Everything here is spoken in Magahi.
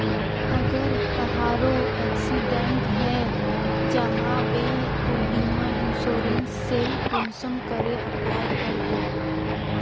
अगर कहारो एक्सीडेंट है जाहा बे तो बीमा इंश्योरेंस सेल कुंसम करे अप्लाई कर बो?